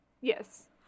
Yes